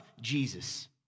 Jesus